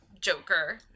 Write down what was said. Joker